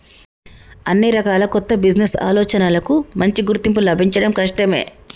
అన్ని రకాల కొత్త బిజినెస్ ఆలోచనలకూ మంచి గుర్తింపు లభించడం కష్టమే